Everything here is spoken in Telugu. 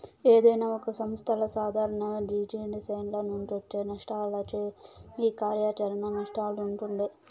ఏదైనా ఒక సంస్థల సాదారణ జిజినెస్ల నుంచొచ్చే నష్టాలనే ఈ కార్యాచరణ నష్టాలంటుండె